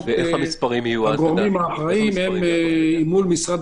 הגורמים האחראיים מול משרד